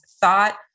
thought